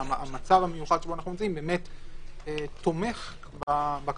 המצב המיוחד שבו אנחנו נמצאים באמת תומך בבקשה.